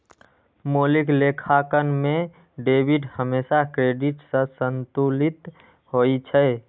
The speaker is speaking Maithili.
मौलिक लेखांकन मे डेबिट हमेशा क्रेडिट सं संतुलित होइ छै